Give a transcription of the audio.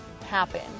happen